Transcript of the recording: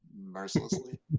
mercilessly